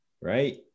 right